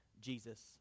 Jesus